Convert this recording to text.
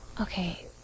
Okay